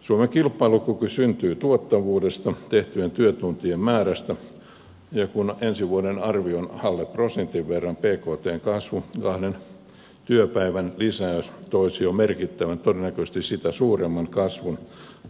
suomen kilpailukyky syntyy tuottavuudesta tehtyjen työtuntien määrästä ja kun ensi vuoden arvio on alle prosentin verran bktn kasvusta kahden työpäivän lisäys toisi jo merkittävän todennäköisesti sitä suuremman kasvun